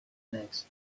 next